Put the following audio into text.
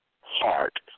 heart